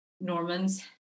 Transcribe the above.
Norman's